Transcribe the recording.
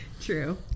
True